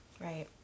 Right